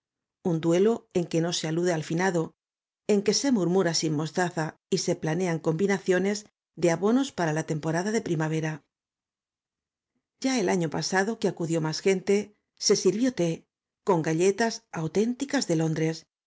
un duelo en que no se alude al finado en que se murmura sin mostaza y se planean combinaciones de abonos para la temporada de primavera ya el año pasado que acudió más gente se sirvió té con galletas auténticas de londres y un revistero de